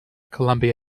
columbia